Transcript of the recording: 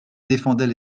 défendait